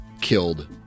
killed